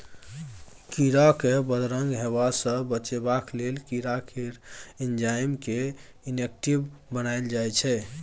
कीरा केँ बदरंग हेबा सँ बचेबाक लेल कीरा केर एंजाइम केँ इनेक्टिब बनाएल जाइ छै